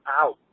out